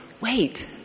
Wait